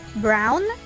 brown